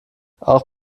auch